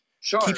Sure